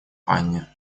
анне